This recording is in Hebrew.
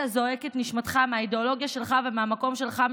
זועק את נשמתך מהאידיאולוגיה שלך ומהמקום שלך,